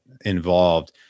involved